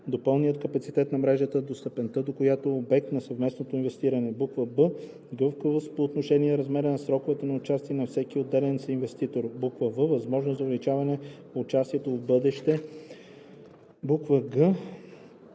до пълния капацитет на мрежата, до степента, до която е обект на съвместно инвестиране; б) гъвкавост по отношение на размера и сроковете на участие на всеки отделен съинвеститор; в) възможност за увеличаване на участието в бъдеще, и г)